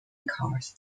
cars